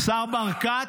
השר ברקת